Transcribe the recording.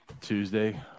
Tuesday